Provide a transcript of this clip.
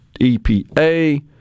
EPA